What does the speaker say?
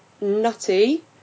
nutty